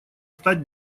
стать